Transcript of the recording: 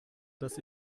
dass